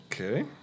Okay